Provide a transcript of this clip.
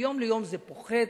מיום ליום זה פוחת.